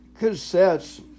cassettes